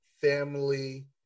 family